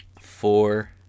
four